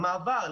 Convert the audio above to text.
המעבר,